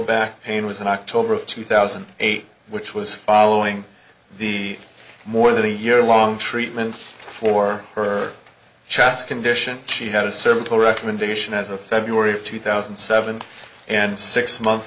back pain was in october of two thousand and eight which was following the more than a year long treatment for her chest condition she had a simple recommendation as of february of two thousand and seven and six months